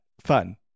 fun